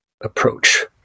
approach